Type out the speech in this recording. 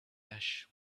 ash